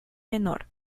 menor